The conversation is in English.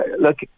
look